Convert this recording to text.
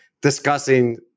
discussing